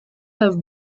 have